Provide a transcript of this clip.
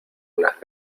unas